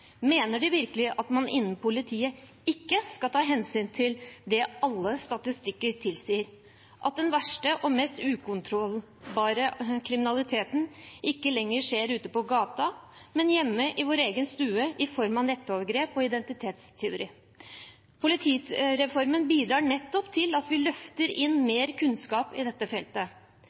Mener de virkelig at man innen politiet ikke skal ta hensyn til det alle statistikker tilsier, at den verste og mest ukontrollerbare kriminaliteten ikke lenger skjer ute på gata, men hjemme i vår egen stue, i form av nettovergrep og identitetstyveri? Politireformen bidrar nettopp til at vi løfter inn mer kunnskap på dette feltet.